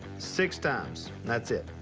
six times. that's it.